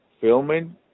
filming